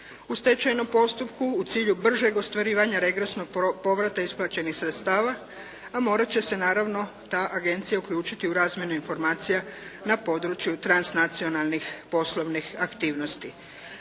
stečajnom postupku u cilju bržeg ostvarivanja regresnog povrata isplaćenih sredstava, a morat će se naravno ta agencija uključiti u razvoj informacija na području transnacionalnih poslovnih aktivnosti.